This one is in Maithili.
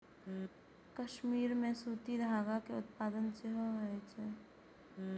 कश्मीर मे सूती धागा के उत्पादन सेहो होइत रहै